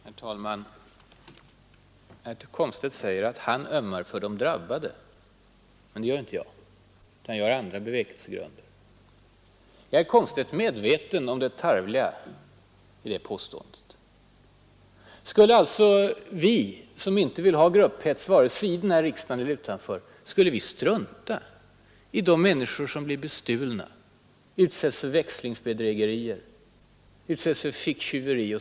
Herr talman! Herr Komstedt säger att han ömmar för de drabbade, men det gör inte jag. Jag har andra bevekelsegrunder, säger han. Är herr Komstedt medveten om det tarvliga i det påståendet? Skulle alltså vi, som inte vill ha grupphets vare sig i eller utanför riksdagen, strunta i de människor som blir bestulna, som utsätts för växelbedrägerier eller ficktjuveri?